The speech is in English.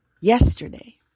yesterday